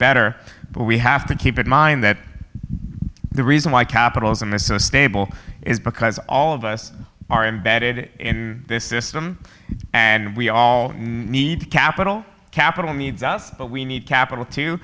better but we have to keep in mind that the reason why capitalism is so stable is because all of us are embedded in this system and we all need capital capital needs us but we need capital too